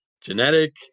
Genetic